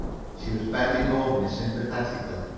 she was bending over me sympathetically.